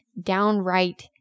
downright